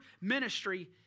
ministry